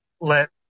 let